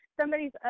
Somebody's